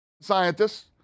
scientists